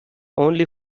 only